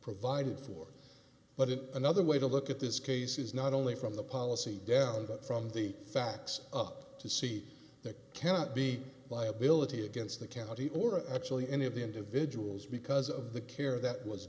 provided for but it another way to look at this case is not only from the policy down but from the facts up to see that cannot be a liability against the county or actually any of the individuals because of the care that was